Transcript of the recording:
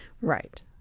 Right